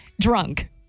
drunk